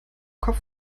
kopf